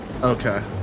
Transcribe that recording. Okay